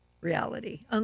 reality